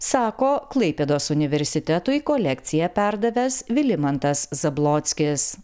sako klaipėdos universitetui kolekciją perdavęs vilimantas zablockis